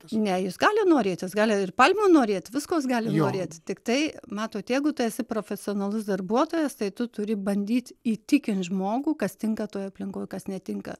ne jis gali norėt jis gali ir palmių norėt visko jis gali norėt tiktai matot jeigu tu esi profesionalus darbuotojas tai tu turi bandyti įtikint žmogų kas tinka toj aplinkoj kas netinka